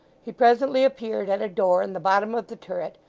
he presently appeared at a door in the bottom of the turret,